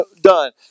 done